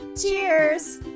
Cheers